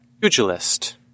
Pugilist